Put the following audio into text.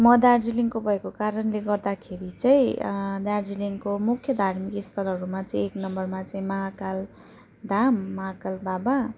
म दार्जिलिङको भएको कारणले गर्दाखेरि चाहिँ दार्जिलिङको मुख्य धार्मिक स्थलरूमा चाहिँ एक नम्बरमा चाहिँ महाकाल धाम महाकाल बाबा